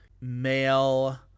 male